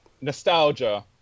Nostalgia